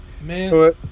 man